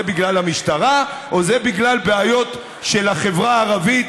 זה בגלל המשטרה או זה בגלל בעיות של החברה הערבית,